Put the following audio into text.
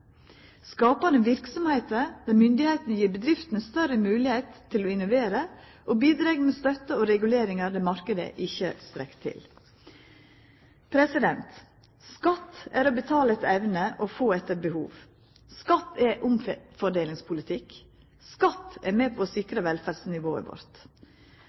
skapande verksemder der myndigheitene gir bedriftene større moglegheit til å innovera og bidreg med støtte og reguleringar der marknaden ikkje strekk til Skatt er å betala etter evne og få etter behov. Skatt er omfordelingspolitikk. Skatt er med på å sikra velferdsnivået vårt.